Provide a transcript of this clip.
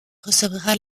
recevra